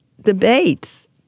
debates